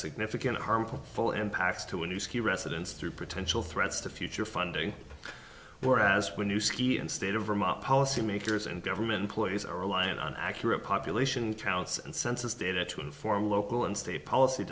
significant harmful full impacts to a new ski residence through potential threats to future funding whereas when you city and state of vermont policymakers and government ploys are reliant on accurate population counts and census data to inform local and state policy